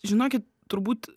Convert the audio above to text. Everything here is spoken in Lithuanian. žinokit turbūt